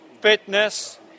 fitness